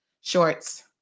shorts